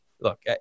look